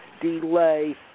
delay